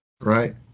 right